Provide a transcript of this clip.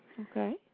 Okay